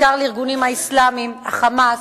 בעיקר לארגונים האסלאמיים, ה"חמאס",